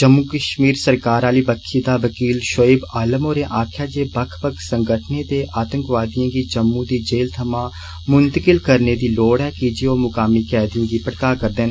जम्मू कष्मीर सरकार आली बकखी दा वकील षोयव आलम होरें आक्खेआ जे बक्ख बक्ख संगठनें ते आतंकवादिएं गी जम्मू दी जेल थमां मुंतकिल करने दी लोड़ ऐ कीजे ओह् मुकामी कैदियें गी भड़का करदे न